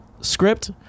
script